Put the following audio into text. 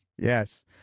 yes